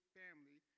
family